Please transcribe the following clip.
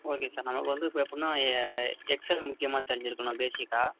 okay sir நமக்கு வந்து இப்போ எப்புடின்னா ஏ எக்ஸ்எல் முக்கியமாக தெரிந்திருக்கணும் பேஸிக்காக